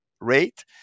rate